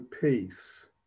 peace